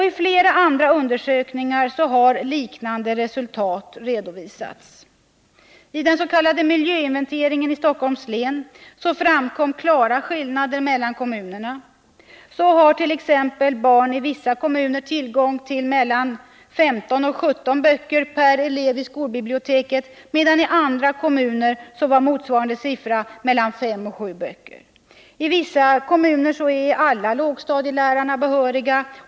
I flera andra undersökningar har liknande resultat redovisats. I den s.k. miljöinventeringen i Stockholms län framkom klara skillnader mellan kommunerna. Så har t.ex. barn i vissa kommuner tillgång till mellan 15 och 17 böcker per elev i skolbiblioteket, medan i andra kommuner motsvarande siffra är mellan 5 och 7 böcker. I vissa kommuner är alla lågstadielärare behöriga.